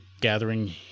gathering